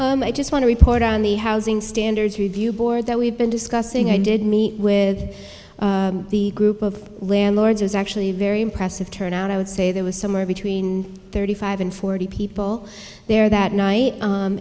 present i just want to report on the housing standards review board that we've been discussing i did meet with the group of landlords is actually very impressive turnout i would say there was somewhere between thirty five and forty people there that night